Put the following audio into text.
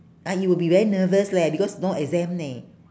!aiyo! will be very nervous leh because no exam leh